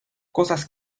cosas